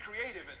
creative